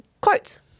quotes